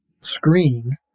screen